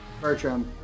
Bertram